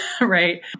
Right